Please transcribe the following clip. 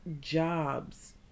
jobs